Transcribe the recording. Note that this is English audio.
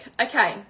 Okay